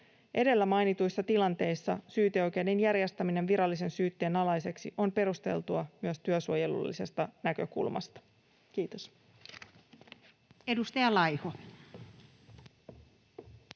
Edellä mainituissa tilanteissa syyteoikeuden järjestäminen virallisen syytteen alaiseksi on perusteltua myös työsuojelullisesta näkökulmasta. — Kiitos.